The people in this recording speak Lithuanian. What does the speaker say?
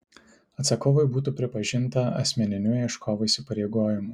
atsakovui būtų pripažinta asmeniniu ieškovo įsipareigojimu